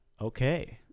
Okay